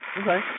Okay